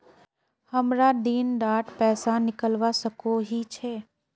हमरा दिन डात पैसा निकलवा सकोही छै?